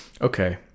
Okay